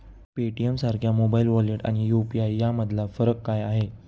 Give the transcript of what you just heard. पेटीएमसारख्या mobile wallet आणि UPI यामधला फरक काय आहे?